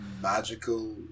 magical